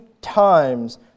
times